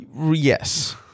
Yes